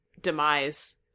demise